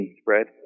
spread